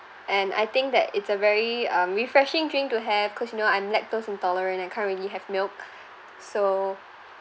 and I think that it's a very um refreshing drink to have cause you know I'm lactose intolerant I can't really have milk so